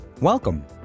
welcome